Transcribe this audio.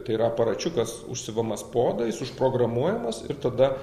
tai yra aparačiukas užsiuvamas po oda jis užprogramuojamas ir tada